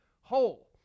whole